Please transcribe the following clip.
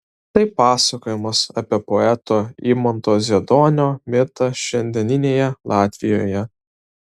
tai pasakojimas apie poeto imanto zieduonio mitą šiandieninėje latvijoje